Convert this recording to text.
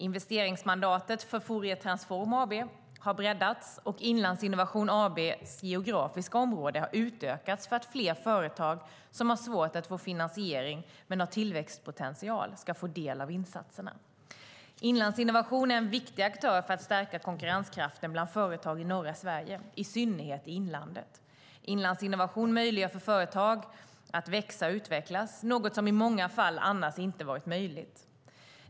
Investeringsmandatet för Fouriertransform AB har breddats och Inlandsinnovation AB geografiska område utökats för att fler företag som har svårt att få finansiering men har tillväxtpotential ska få del av insatserna. Inlandsinnovation är en viktig aktör för att stärka konkurrenskraften bland företag i norra Sverige, i synnerhet i inlandet. Inlandsinnovation möjliggör för företag att växa och utvecklas, något som i många fall annars inte hade varit möjligt.